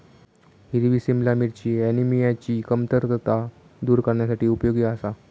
हिरवी सिमला मिरची ऍनिमियाची कमतरता दूर करण्यासाठी उपयोगी आसा